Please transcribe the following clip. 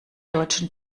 deutschen